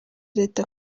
leta